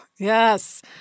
Yes